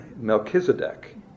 Melchizedek